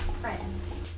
friends